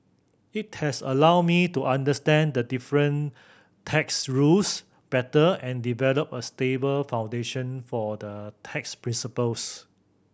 it has allowed me to understand the different tax rules better and develop a stable foundation for the tax principles